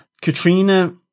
Katrina